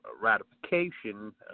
ratification